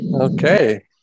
Okay